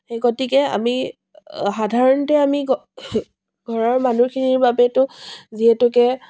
সেই গতিকে আমি সাধাৰণতে আমি ঘৰৰ মানুহখিনিৰ বাবেতো যিহেতুকে